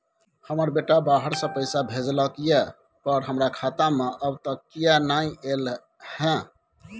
हमर बेटा बाहर से पैसा भेजलक एय पर हमरा खाता में अब तक किये नाय ऐल है?